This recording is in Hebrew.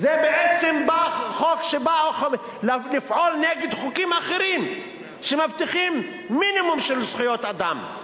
זה בעצם חוק שבא לפעול נגד חוקים אחרים שמבטיחים מינימום של זכויות אדם.